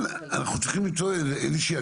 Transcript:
היזם מחויב להנגיש לו את